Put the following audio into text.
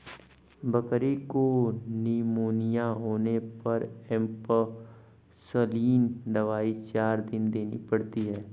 बकरी को निमोनिया होने पर एंपसलीन दवाई चार दिन देनी पड़ती है